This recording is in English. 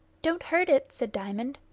don't hurt it, said diamond.